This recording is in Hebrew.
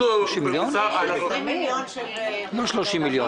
20 מיליון שקל של משרד הרווחה.